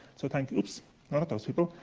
so, thank oops! not at those people.